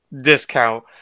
discount